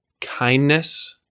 kindness